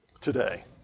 today